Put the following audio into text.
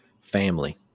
family